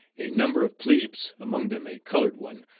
a number of plebes, among them a colored one,